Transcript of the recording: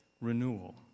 renewal